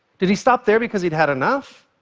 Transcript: did he stop there because he'd had enough?